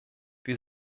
wir